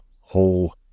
whole